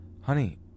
Honey